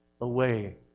away